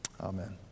Amen